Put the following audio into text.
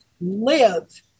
live